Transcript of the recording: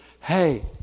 hey